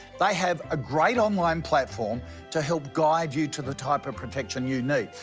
they have a great online platform to help guide you to the type of protection you need.